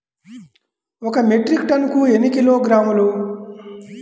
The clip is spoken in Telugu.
ఒక మెట్రిక్ టన్నుకు ఎన్ని కిలోగ్రాములు?